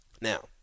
Now